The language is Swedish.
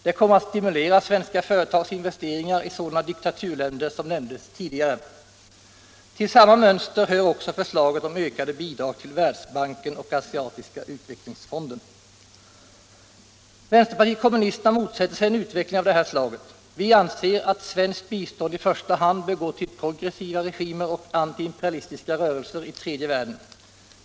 Det kommer att stimulera svenska företags investeringar i sådana diktaturländer som nämndes tidigare. Till samma mönster hör Allmänpolitisk debatt Allmänpolitisk debatt Vänsterpartiet kommunisterna motsätter sig en utveckling av det här slaget. Vi anser att svenskt bistånd i första hand bör gå till progressiva regimer och anti-imperialistiska rörelser i tredje världen.